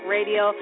Radio